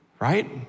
right